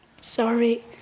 Sorry